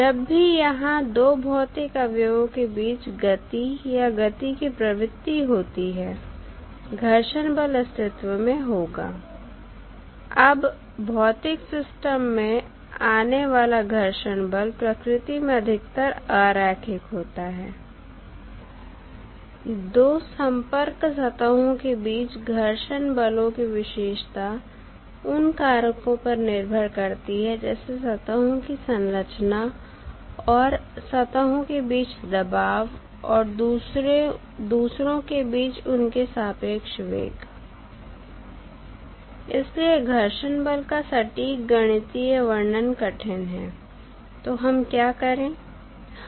जब भी यहां दो भौतिक अवयवों के बीच गति या गति की प्रवृत्ति होती है घर्षण बल अस्तित्व में होगा अब भौतिक सिस्टम में आने वाला घर्षण बल प्रकृति में अधिकतर अरैखिक होता है दो संपर्क सतहों के बीच घर्षण बलों की विशेषता उन कारकों पर निर्भर करती है जैसे सतहों की संरचना और सतहों के बीच दबाव और दूसरों के बीच उनके सापेक्ष वेग इसलिए घर्षण बल का सटीक गणितीय वर्णन कठिन है तो हम क्या करें